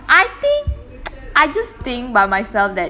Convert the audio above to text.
I think I just think by myself that